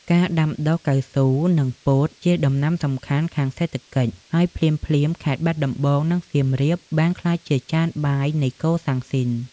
ការ ដាំដុះកៅស៊ូ និងពោតជាដំណាំសំខាន់ខាងសេដ្ឋកិច្ចហើយភ្លាមៗខេត្តបាត់ដំបងនិង សៀមរាបបានក្លាយជាចាន បាយនៃកូសាំងស៊ីន ។